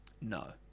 No